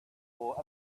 wore